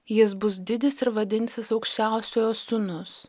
jis bus didis ir vadinsis aukščiausiojo sūnus